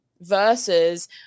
versus